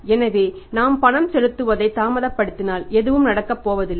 எனவே நாம் பணம் செலுத்துவதை தாமதப்படுத்தினால் எதுவும் நடக்கப்போவதில்லை